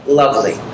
lovely